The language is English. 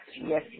Yes